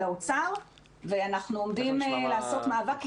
האוצר ואנחנו עומדים לעשות מאבק עיקש.